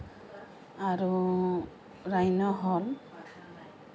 আৰু ৰাইন' হল